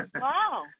Wow